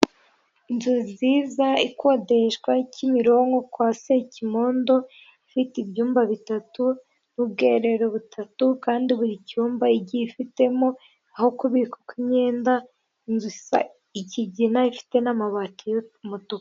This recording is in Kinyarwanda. Inzu nziza ikodeshwa Kimironko kwa Sekimondo, ifite ibyumba bitatu, ubwiherero butatu, kandi buri cyumba igiye ifitemo aho kubika imyenda, inzu isa ikigina ifite n'amabati y'umutuku.